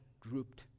drooped